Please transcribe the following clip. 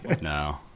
no